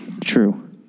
True